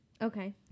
okay